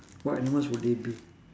what animals would they be